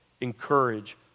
encourage